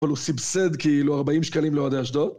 אבל הוא סיבסד, כאילו 40 שקלים לאוהדי אשדוד